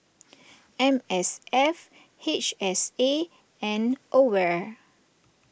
M S F H S A and Aware